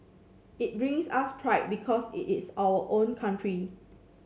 it brings us pride because it is our own country